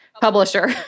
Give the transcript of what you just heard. Publisher